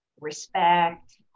respect